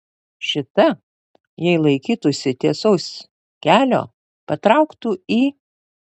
šita jei laikytųsi tiesaus kelio patrauktų į